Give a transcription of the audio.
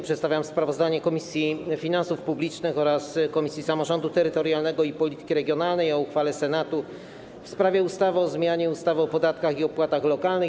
Przedstawiam sprawozdanie Komisji Finansów Publicznych oraz Komisji Samorządu Terytorialnego i Polityki Regionalnej o uchwale Senatu w sprawie ustawy o zmianie ustawy o podatkach i opłatach lokalnych.